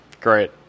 Great